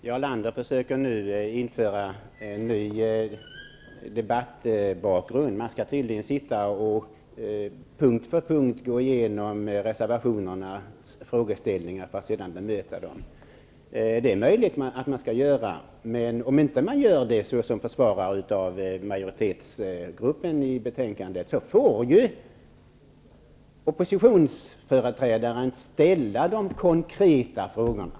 Herr talman! Jarl Lander försöker införa en ny debattbakgrund. Man skall tydligen punkt för punkt gå igenom frågorna i reservationerna för att sedan bemöta dem i debatten. Det är möjligt att det är så man skall göra. Men om man inte gör det såsom försvarare av majoritetsgruppen i utskottet, får oppositionsföreträdaren ställa de konkreta frågorna.